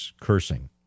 cursing